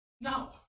No